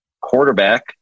quarterback